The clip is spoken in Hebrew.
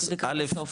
אז א',